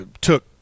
took